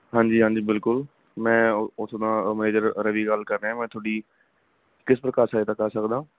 ਹਾਂਜੀ ਹਾਂਜੀ ਬਿਲਕੁਲ ਮੈਂ ਉਸਦਾ ਮੈਨੇਜਰ ਰਵੀ ਗੱਲ ਕਰ ਰਿਹਾਂ ਮੈਂ ਤੁਹਾਡੀ ਕਿਸ ਪ੍ਰਕਾਰ ਸਹਾਇਤਾ ਕਰ ਸਕਦਾ